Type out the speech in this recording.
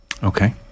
Okay